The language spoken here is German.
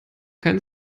kein